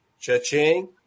Cha-ching